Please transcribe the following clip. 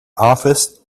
office